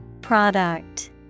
Product